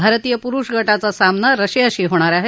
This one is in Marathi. भारतीय पुरुष गटाचा सामना रशियाशी होत आहे